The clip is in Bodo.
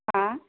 मा